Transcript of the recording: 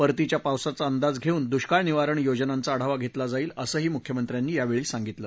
परतीच्या पावसाचा द्वाज घेऊन दुष्काळ निवारण योजनांचा आढावा घेतला जाईल संही मुख्यमंत्र्यांनी सांगितलं